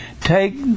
take